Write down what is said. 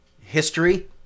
history